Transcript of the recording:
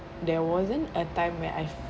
there wasn't a time where I've